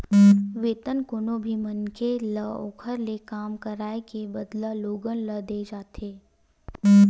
वेतन कोनो भी मनखे ल ओखर ले काम कराए के बदला लोगन ल देय जाथे